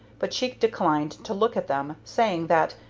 but she declined to look at them, saying that,